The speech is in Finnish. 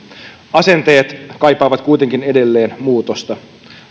asenteet kaipaavat kuitenkin edelleen muutosta